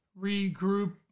regroup